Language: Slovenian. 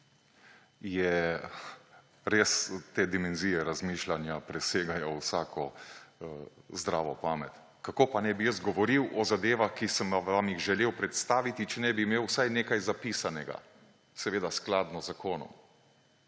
Te dimenzije razmišljanja res presegajo vsako zdravo pamet. Kako pa naj bi jaz govoril o zadevah, ki sem vam jih želel predstaviti, če ne bi imel vsaj nekaj zapisanega, seveda skladno z zakonom.